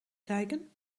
kijken